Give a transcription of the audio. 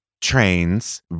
trains